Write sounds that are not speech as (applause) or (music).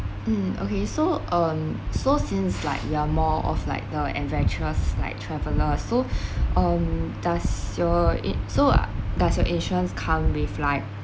mm okay so um so since like you are more of like the adventurous like travellers so (breath) um does your in~ so does your insurance come with like